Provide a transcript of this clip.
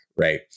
right